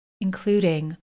including